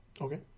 okay